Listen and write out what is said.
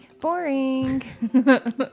Boring